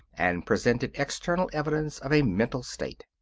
and presented external evidence of a mental state.